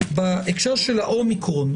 בהקשר של ה-אומיקרון,